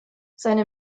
seine